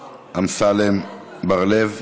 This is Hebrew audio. אמסלם, בר-לב,